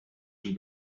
den